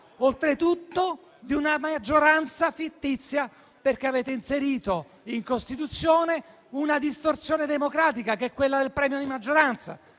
oltretutto di una maggioranza fittizia, perché avete inserito in Costituzione una distorsione democratica, che è quella del premio di maggioranza.